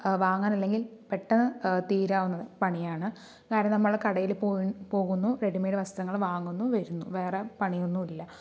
വാങ്ങാൻ അല്ലെങ്കിൽ പെട്ടന്ന് തീരാവുന്ന പണിയാണ് കാരണം നമ്മൾ കടയിൽ പോയി പോകുന്നു റെഡിമൈഡ് വസ്ത്രങ്ങൾ വാങ്ങുന്നു വരുന്നു വേറെ പണിയൊന്നുമില്ല